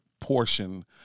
portion